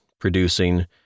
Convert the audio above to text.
producing